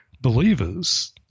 believers